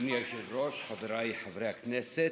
אדוני היושב-ראש, חבריי חברי הכנסת,